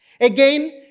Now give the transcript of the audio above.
Again